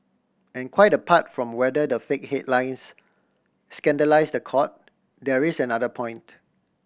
and quite apart from whether the fake headlines scandalise the Court there is another point